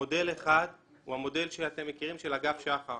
מודל אחד הוא המודל שאתם מכירים, של אגף שח"ר